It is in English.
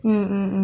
mm mm mm